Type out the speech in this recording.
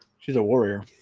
she's a warrior